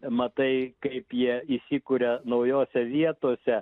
matai kaip jie įsikuria naujose vietose